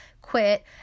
quit